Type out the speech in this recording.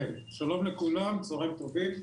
כן, שלום לכולם, צהריים טובים.